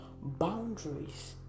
Boundaries